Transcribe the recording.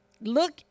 Look